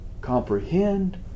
comprehend